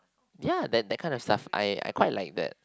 yeah that that kind of stuff I I quite like that